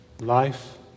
life